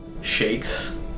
shakes